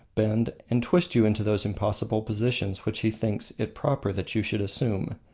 bend, and twist you into those impossible positions which he thinks it proper that you should assume.